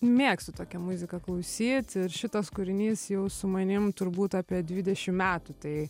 mėgstu tokią muziką klausyt ir šitas kūrinys jau su manim turbūt apie dvidešim metų tai